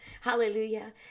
Hallelujah